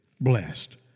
blessed